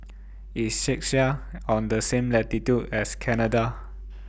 IS Czechia on The same latitude as Canada